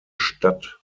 stadt